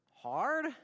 hard